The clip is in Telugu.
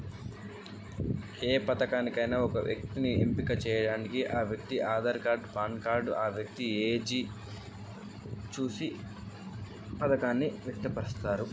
ఈ పథకానికి ఒక వ్యక్తిని ఎలా ఎంపిక చేస్తారు?